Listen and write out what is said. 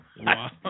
Wow